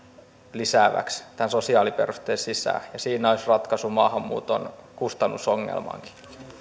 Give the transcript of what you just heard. lisääväksi tämän sosiaaliperusteen sisään ja siinä olisi ratkaisu maahanmuuton kustannusongelmaankin